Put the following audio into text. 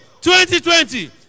2020